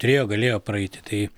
turėjo galėjo praeiti tai